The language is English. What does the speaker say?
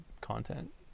content